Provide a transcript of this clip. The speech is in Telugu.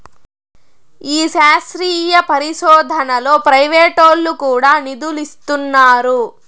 ఈ శాస్త్రీయ పరిశోదనలో ప్రైవేటోల్లు కూడా నిదులిస్తున్నారు